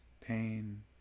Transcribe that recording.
pain